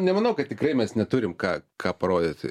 nemanau kad tikrai mes neturim ką ką parodyti